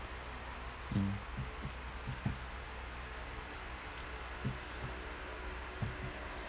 mm